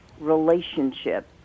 relationship